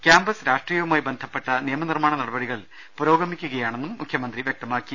campus രാഷ്ട്രീയവുമായി ബന്ധപ്പെട്ട നിയമനിർമ്മാണ നടപടികൾ പുരോഗമിക്കുകയാണെന്നും മുഖ്യമന്ത്രി വൃക്ത മാക്കി